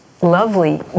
lovely